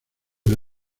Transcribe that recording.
del